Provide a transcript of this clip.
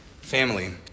family